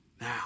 Now